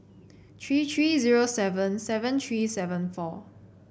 three three zero seven seven three seven four